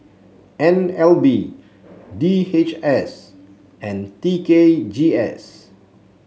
N L B D H S and T K G S